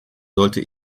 sollte